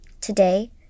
Today